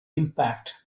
impact